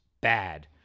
bad